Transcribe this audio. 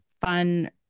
fun